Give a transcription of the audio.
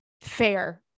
Fair